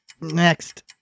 Next